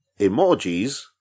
emojis